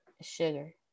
Sugar